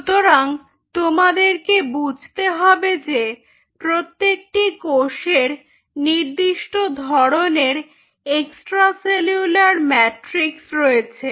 সুতরাং তোমাদেরকে বুঝতে হবে যে প্রত্যেকটি কোষের নির্দিষ্ট ধরনের এক্সট্রা সেলুলার ম্যাট্রিক্স রয়েছে